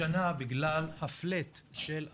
השנה בגלל ה-flat של 2018,